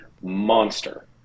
Monster